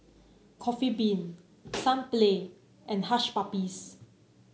Coffee Bean Sunplay and Hush Puppies